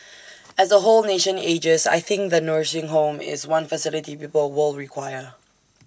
as the whole nation ages I think the nursing home is one facility people will require